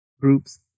groups